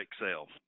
excel